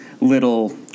little